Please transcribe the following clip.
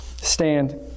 stand